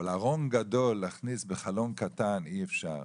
אבל ארון גדול להכניס בחלון קטן אי אפשר.